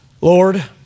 Lord